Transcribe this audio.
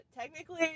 Technically